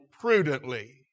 prudently